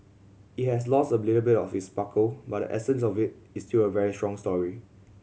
it has lost a little bit of its sparkle but essence of it is still a very strong story